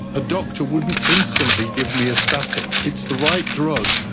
a doctor wouldn't instantly give me a statin. it's the right drug,